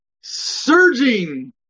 surging